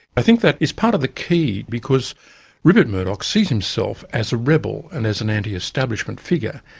i think that is part of the key because rupert murdoch sees himself as a rebel and as an antiestablishment figure.